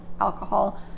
alcohol